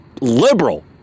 liberal